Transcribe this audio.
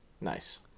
Nice